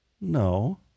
No